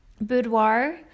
boudoir